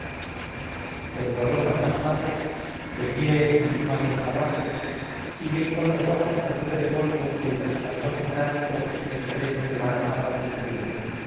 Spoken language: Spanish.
temblorosas las madres de pie encima de los adarves siguen con los ojos la nube de polvo y el resplandor metálico que se desprenden de la armada muchedumbre